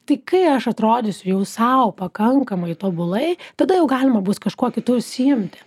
tai ką aš atrodysiu jau sau pakankamai tobulai tada jau galima bus kažkuo kitu užsiimti